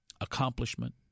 accomplishment